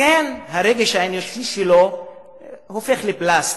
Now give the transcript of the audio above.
לכן הרגש האנושי שלו הופך לפלסטיק,